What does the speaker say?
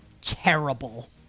terrible